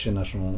naszą